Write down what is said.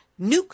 nuke